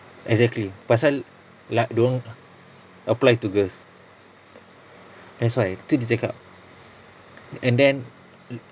exactly pasal la~ dorang apply to girls that's why tu dia cakap and then